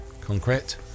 Concrete